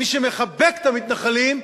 מי שמחבק את המתנחלים,